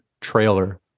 trailer